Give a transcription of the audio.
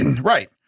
Right